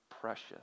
precious